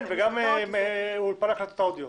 וגם אולפן הקלטות אודיו.